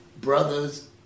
Brothers